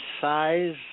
size